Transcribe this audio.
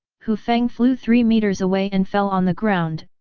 hu feng flew three meters away and fell on the ground,